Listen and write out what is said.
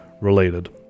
related